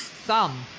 thumb